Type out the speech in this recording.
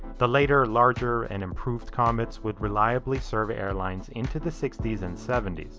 the later, larger and improved comets would reliably serve airlines into the sixty s and seventy s.